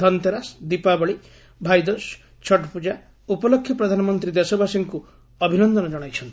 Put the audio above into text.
ଧନତେରସ୍ ଦୀପାବଳି ଭାଇଦୁକ୍ ଓ ଛଟ୍ପୂକା ଉପଲକ୍ଷେ ପ୍ରଧାନମନ୍ତୀ ଦେଶବାସୀଙ୍କୁ ଅଭିନନ୍ଦନ ଜଣାଇଛନ୍ତି